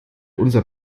unser